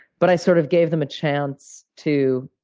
but i sort of gave them a chance to